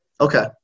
okay